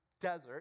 desert